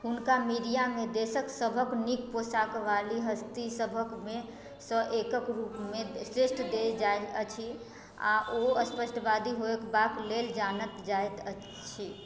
हुनका मीडियामे देशक सभक नीक पोशाकवाली हस्तीसभकमेसँ एकक रूपमे श्रेष्ठ देल जाएत अछि आ ओ स्पष्टवादी होयबाक लेल जानल जाइत अछि